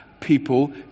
people